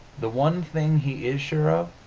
the one thing he is sure of,